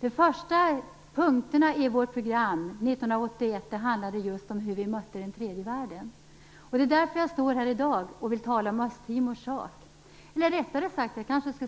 De första punkterna i vårt program 1981 handlade just om hur vi mötte den tredje världen. Och det är därför jag står här i dag och vill tala om Östtimors sak, eller rättare sagt Indonesiens.